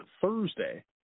Thursday